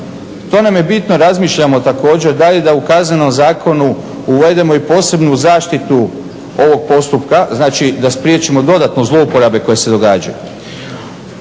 To nam je bitno, razmišljamo također da li da u Kaznenom zakonu uvedemo i posebnu zaštitu ovog postupka, znači da spriječimo dodatno zlouporabe koje se događaju.